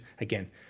again